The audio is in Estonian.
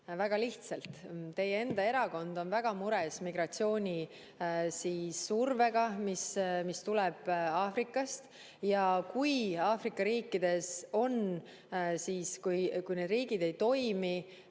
Väga lihtsalt: teie enda erakond on väga mures migratsioonisurve pärast, mis tuleb Aafrikast, ja kui Aafrika riikides on [pingeid], kui need riigid ei toimi,